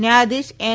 ન્યાયધીશ એન